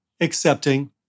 accepting